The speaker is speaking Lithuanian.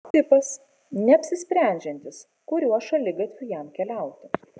tipas neapsisprendžiantis kuriuo šaligatviu jam keliauti